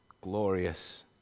glorious